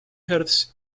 hearts